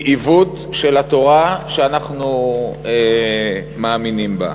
היא עיוות של התורה שאנחנו מאמינים בה.